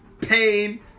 pain